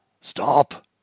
Stop